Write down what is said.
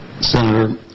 Senator